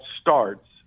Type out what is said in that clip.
starts